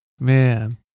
Man